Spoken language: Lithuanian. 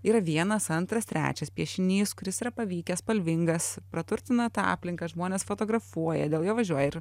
yra vienas antras trečias piešinys kuris yra pavykęs spalvingas praturtina tą aplinką žmonės fotografuoja dėl jo važiuoja ir